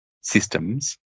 systems